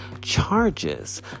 charges